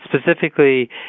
specifically